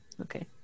Okay